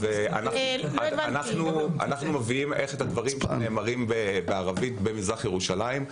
אנחנו מביאים את הדברים שנאמרים בערבית במזרח ירושלים.